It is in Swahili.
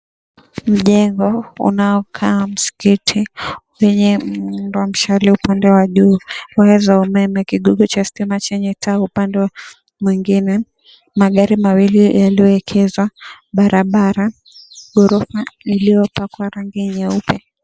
Jengo unaokaa mskiti, wenye muundo wa mshale upande wa juu, waya za umeme, kigogo cha stima chenye taa upande mwengine, magari mawili yaliyoegeshwa barabara, gorofa lililopakwa rangi nyeupe.